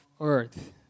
earth